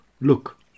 look